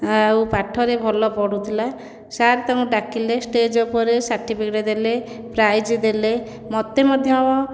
ଆଉ ପାଠରେ ଭଲ ପଢ଼ୁଥିଲା ସାର୍ ତାକୁ ଡାକିଲେ ଷ୍ଟେଜ ଉପରେ ସାର୍ଟିଫିକେଟ ଦେଲେ ପ୍ରାଇଜ ଦେଲେ ମୋତେ ମଧ୍ୟ